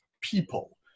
people